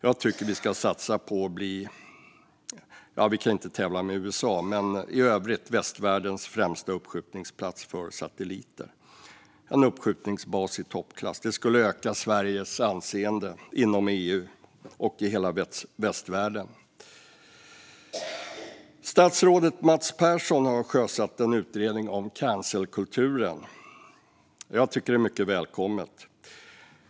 Jag tycker att vi ska satsa på att bli västvärldens främsta - bortsett från USA, som vi inte kan tävla med - uppskjutningsplats för satelliter, en uppskjutningsbas i toppklass. Det skulle öka Sveriges anseende inom EU och i hela västvärlden. Statsrådet Mats Persson har sjösatt en utredning om cancelkulturen. Det tycker jag är mycket välkommet.